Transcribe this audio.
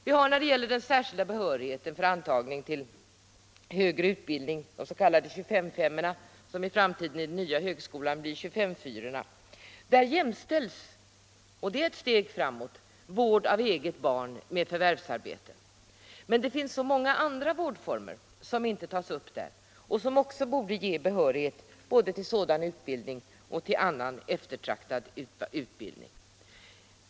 Vi har när det gäller den särskilda behörigheten för antagning till högre utbildning de s.k. 25:5-orna, som i framtiden i den nya högskolan blir 25:4-orna. Där jämställs — och det är ett steg framåt — vård av eget barn med förvärvsarbete. Men det finns så många andra vårdformer som inte tas upp där och som också borde ge behörighet både till sådan här högre utbildning och till annan eftertraktad utbildning.